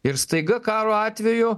ir staiga karo atveju